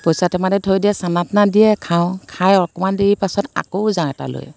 পইচা টেমাতে থৈ দিয়ে চানা টানা দিয়ে খাওঁ খাই অকণমান দেৰি পাছত আকৌ যাওঁ এটা লৈ